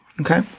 Okay